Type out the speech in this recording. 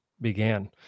began